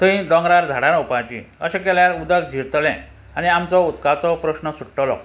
थंय दोंगरार झाडां रोवपाची अशें केल्यार उदक जिरतले आनी आमचो उदकाचो प्रस्न सुट्टलो